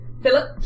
Philip